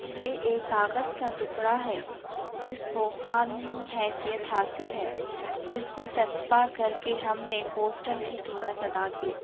یہ ایک کاغذ کا ٹکڑا ہے جس کو قانونی حیثیت حاصل ہے جس کو چھپا کر کے ہم نے پوسٹل کی قیمت ادا کی